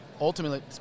ultimately